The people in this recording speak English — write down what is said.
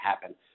happen